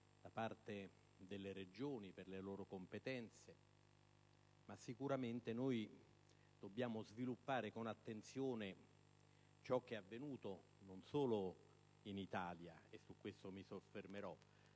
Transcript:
da parte delle Regioni per le loro competenze! Noi dobbiamo riflettere con attenzione su ciò che è avvenuto non solo in Italia (e su questo mi soffermerò),